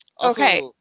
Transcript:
Okay